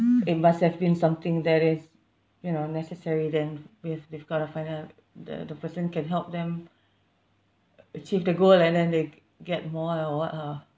it must have been something that is you know necessary then with they've got to find out the the person can help them achieve the goal and then they get more and what lah